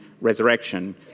resurrection